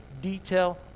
detail